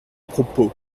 propos